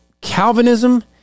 Calvinism